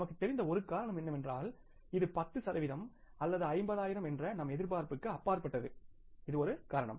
நமக்கு தெரிந்த ஒரு காரணம் என்னவென்றால் இது 10 சதவிகிதம் அல்லது 50 ஆயிரம் என்ற நம் எதிர்பார்ப்புக்கு அப்பாற்பட்டதுஎன்பது ஒரு காரணம்